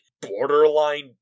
borderline